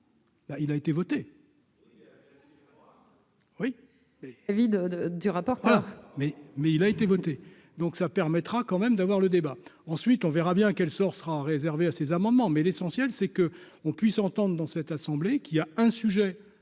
rapport alors. Mais, mais il a été voté, donc ça permettra quand même d'avoir le débat, ensuite on verra bien quel sort sera réservé à ses amendements, mais l'essentiel c'est que on puisse entendent dans cette assemblée, qui a un sujet